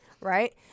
right